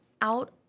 out